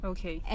Okay